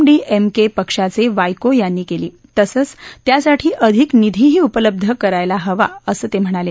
D M K पक्षाचे वायको यांनी केली तसंच त्यासाठी अधिक निधीही उपलब्धही करायला हवी असं ते म्हणाले